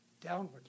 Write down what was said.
Downward